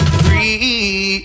free